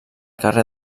carrer